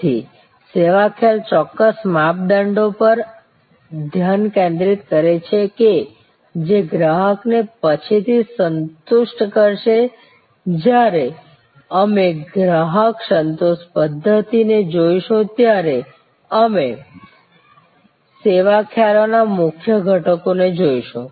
તેથી સેવા ખ્યાલ ચોક્કસ માપદંડો પર ધ્યાન કેન્દ્રિત કરે છે કે જે ગ્રાહકને પછીથી સંતુષ્ટ કરશે જ્યારે અમે ગ્રાહક સંતોષ પદ્ધતિ ને જોશું ત્યારે અમે સેવા ખ્યાલોના મુખ્ય ઘટકોને જોશું